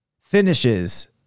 finishes